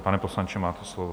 Pane poslanče, máte slovo.